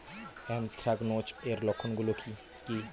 Anthracnose এর লক্ষণ গুলো কি কি?